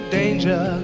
danger